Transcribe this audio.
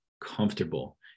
comfortable